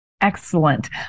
Excellent